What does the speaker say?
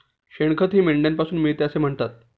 शेणखतही मेंढ्यांपासून मिळते असे म्हणतात